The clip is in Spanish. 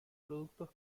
productos